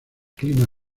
clima